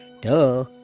duh